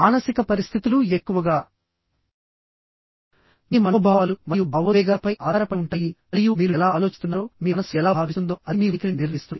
మానసిక పరిస్థితులు ఎక్కువగా మీ మనోభావాలు మరియు భావోద్వేగాలపై ఆధారపడి ఉంటాయి మరియు మీరు ఎలా ఆలోచిస్తున్నారో మీ మనస్సు ఎలా భావిస్తుందో అది మీ వైఖరిని నిర్ణయిస్తుంది